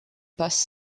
passe